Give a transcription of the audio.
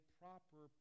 proper